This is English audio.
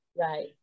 Right